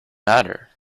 matter